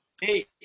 Hey